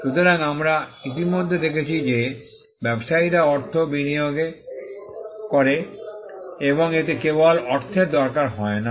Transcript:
সুতরাং আমরা ইতিমধ্যে দেখেছি যে ব্যবসায়ীরা অর্থ বিনিয়োগ করে এবং এতে কেবল অর্থের দরকার হয় না